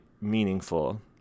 meaningful